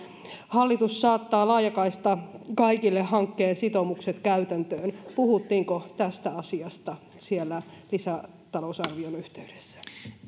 hallitus saattaa laajakaista kaikille hankkeen sitoumukset käytäntöön puhuttiinko tästä asiasta siellä lisätalousarvion yhteydessä